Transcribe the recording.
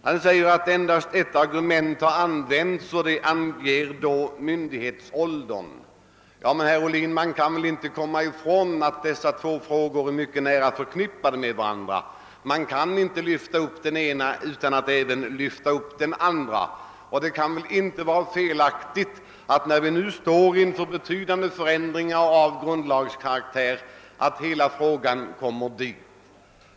Han säger att endast ett argument har anförts, nämligen det som gällde myndighetsåldern. Men, herr Ohlin, man kan väl inte komma ifrån att dessa två frågor är mycket nära förknippade med varandra. Man kan inte lyfta upp den ena utan att även lyfta upp den andra. Det kan väl inte vara felaktigt att hela frågan behandlas av grundlagberedningen, när vi nu står inför betydande förändringar av grundlagskaraktär.